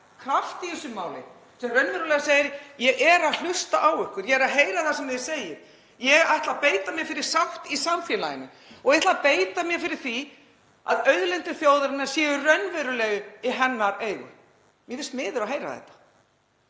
kraft í þessu máli sem raunverulega segir: Ég er að hlusta á ykkur, ég heyri það sem þið segið. Ég ætla að beita mér fyrir sátt í samfélaginu og ætla að beita mér fyrir því að auðlindir þjóðarinnar séu raunverulega í hennar eigu. Mér finnst miður að heyra þetta.